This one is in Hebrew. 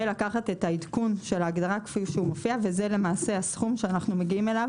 ולקחת את העדכון של ההגדרה כפי שמופיעה וזה הסכום שאנו מגיעים אליו.